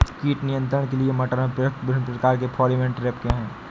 कीट नियंत्रण के लिए मटर में प्रयुक्त विभिन्न प्रकार के फेरोमोन ट्रैप क्या है?